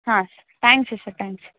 ಹಾಂ ಸ್ ತ್ಯಾಂಕ್ಸ್ ಸ ಟ್ಯಾಂಕ್ಸ್